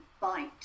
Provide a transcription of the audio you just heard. bite